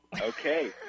okay